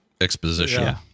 exposition